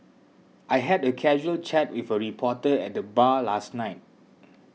I had a casual chat with a reporter at the bar last night